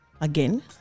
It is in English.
again